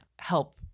help